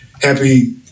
Happy